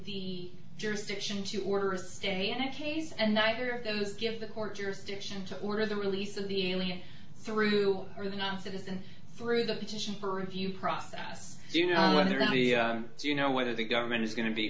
the jurisdiction to order a stay in the case and neither of those give the court jurisdiction to order the release of the alien through or the non citizen through the petition for review process do you know whether the do you know whether the government is going to be